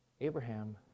Abraham